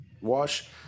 wash